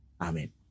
Amen